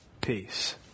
peace